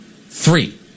Three